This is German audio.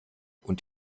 und